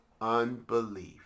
unbelief